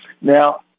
now